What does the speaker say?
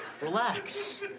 relax